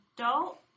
adult